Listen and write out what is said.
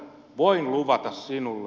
voin luvata sinulle